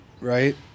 right